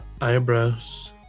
eyebrows